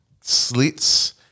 slits